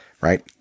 Right